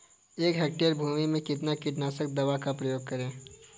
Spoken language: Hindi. एक हेक्टेयर भूमि में कितनी कीटनाशक दवा का प्रयोग करें?